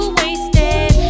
wasted